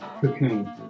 Cocoon